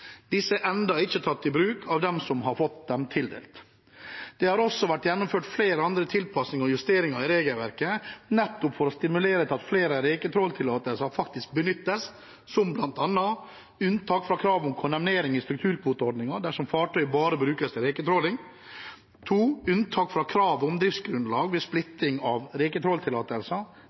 Disse er ennå ikke tatt i bruk av dem som har fått dem tildelt. Det har også vært gjennomført flere andre tilpasninger og justeringer i regelverket nettopp for å stimulere til at flere reketråltillatelser faktisk benyttes, som bl.a.: unntak fra kravet om kondemnering i strukturkvoteordningen dersom fartøyet bare skal brukes til reketråling unntak fra kravet om driftsgrunnlag ved splitting av